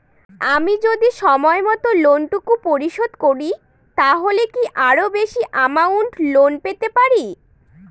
আমি যদি সময় মত লোন টুকু পরিশোধ করি তাহলে কি আরো বেশি আমৌন্ট লোন পেতে পাড়ি?